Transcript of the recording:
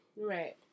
right